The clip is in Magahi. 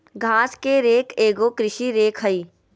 घास के रेक एगो कृषि रेक हइ